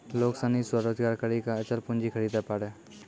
लोग सनी स्वरोजगार करी के अचल पूंजी खरीदे पारै